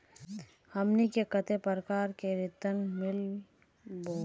हमनी के कते प्रकार के ऋण मीलोब?